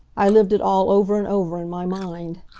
i lived it all over and over in my mind.